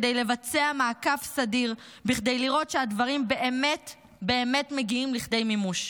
כדי לבצע מעקב סדיר כדי לראות שהדברים באמת באמת מגיעים לכדי מימוש.